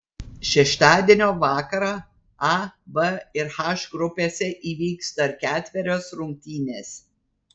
šeštadienio vakarą a b ir h grupėse įvyks dar ketverios rungtynės